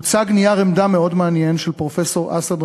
הוצג נייר עמדה מאוד מעניין של פרופסור אסעד